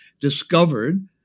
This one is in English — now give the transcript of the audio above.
discovered